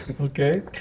Okay